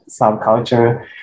subculture